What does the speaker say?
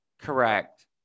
Correct